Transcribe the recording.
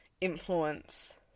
influence